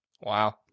Wow